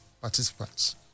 participants